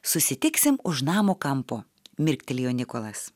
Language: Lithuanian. susitiksim už namo kampo mirktelėjo nikolas